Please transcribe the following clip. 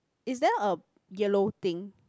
is there a yellow thing